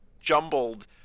jumbled